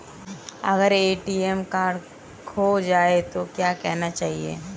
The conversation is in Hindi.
अगर ए.टी.एम कार्ड खो जाए तो क्या करना चाहिए?